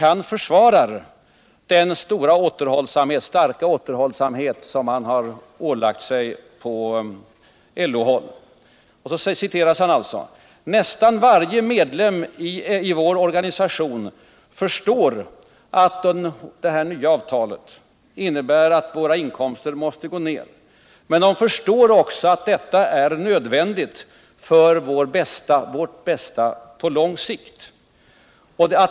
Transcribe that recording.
Han försvarar den starka återhållsamhet som man ålagt sig på LO håll. Översatt till svenska säger Per-Olof Edin: Nästan varje medlem i vår organisation förstår att det nya avtalet innebär att våra inkomster måste gå ner, och man förstår också att detta är nödvändigt för vårt bästa på lång sikt.